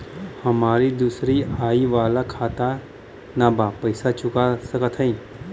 हमारी दूसरी आई वाला खाता ना बा पैसा चुका सकत हई?